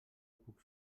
puc